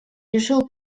решил